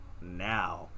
now